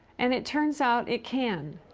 and it turnes out, it can!